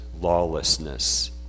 lawlessness